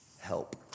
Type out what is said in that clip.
help